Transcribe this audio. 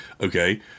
Okay